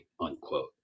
unquote